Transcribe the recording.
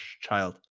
Child